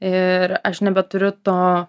ir aš nebeturiu to